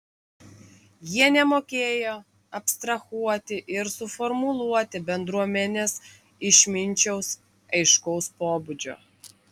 jie nemokėjo abstrahuoti ir suformuluoti bendruomenės išminčiaus aiškaus pobūdžio